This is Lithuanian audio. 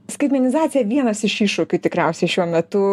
skaitmenizacija vienas iš iššūkių tikriausiai šiuo metu